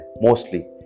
mostly